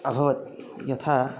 अभवत् यथा